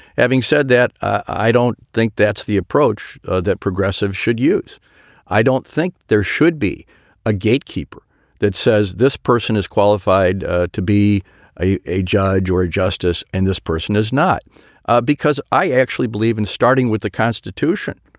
having said that, i don't think that's the approach that progressive should use i don't think there should be a gatekeeper that says this person is qualified ah to be a a judge or a justice. and this person is not because i actually believe in starting with the constitution.